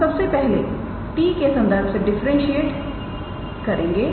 हम सबसे पहले t के संदर्भ से डिफरेंशिएशन करेंगे